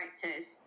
characters